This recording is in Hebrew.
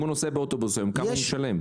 אם הוא נוסע באוטובוס היום, כמה הוא משלם?